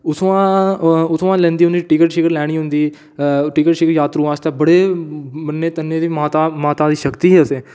उत्थुआं लैंदी उनें टिकट शिकट लैनी होंदी टिकट शिकट यात्तरू आस्तै बड़े मन्ने तन्ने दे माता दी शक्ति उत्थैं